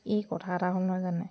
এই কথা এটা হ'ল নহয় জানা নাই